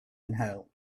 inhale